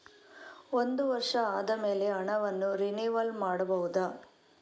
ಒಂದು ವರ್ಷ ಆದಮೇಲೆ ಹಣವನ್ನು ರಿನಿವಲ್ ಮಾಡಬಹುದ?